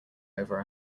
over